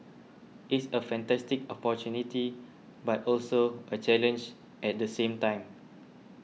it's a fantastic opportunity but also a challenge at the same time